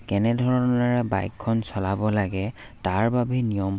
কেনে ধৰণেৰে বাইকখন চলাব লাগে তাৰ বাবে নিয়ম